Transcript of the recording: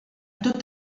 tot